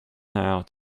out